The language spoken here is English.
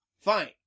Fine